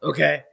Okay